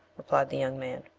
replied the young man.